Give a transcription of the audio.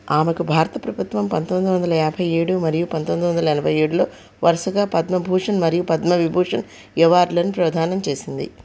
ఆమెకు భారత ప్రభుత్వం పంతొమ్మిదివందల యాభైఏడు మరియు పంతొమ్మిదివందల ఎనభైఏడులో వరుసగా పద్మ భూషణ్ మరియు పద్మ విభూషణ్ అవార్డులను ప్రదానం చేసింది